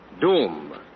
Doom